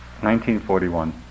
1941